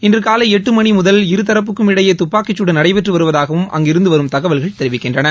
இன்று காலை எட்டு மணிமுதல் இருதரப்புக்கும் இடையே துப்பாக்கிச்சூடு நடைபெற்று வருவதாகவும் அங்கிருந்து வரும் தகவல்கள் தெரிவிக்கின்றன